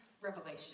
revelation